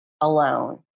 alone